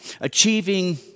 achieving